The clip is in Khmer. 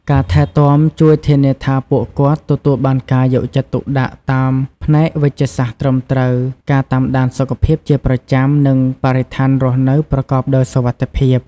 ការថែទាំជួយធានាថាពួកគាត់ទទួលបានការយកចិត្តទុកដាក់តាមផ្នែកវេជ្ជសាស្ត្រត្រឹមត្រូវ ការតាមដានសុខភាពជាប្រចាំ និងបរិស្ថានរស់នៅប្រកបដោយសុវត្ថិភាព។